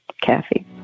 Kathy